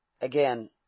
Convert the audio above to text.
again